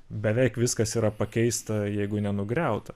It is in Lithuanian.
beveik viskas yra pakeista jeigu nenugriauta